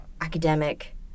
academic